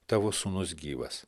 tavo sūnus gyvas